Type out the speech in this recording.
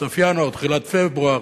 סוף ינואר, תחילת פברואר,